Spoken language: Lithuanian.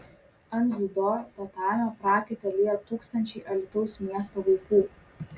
ant dziudo tatamio prakaitą liejo tūkstančiai alytaus miesto vaikų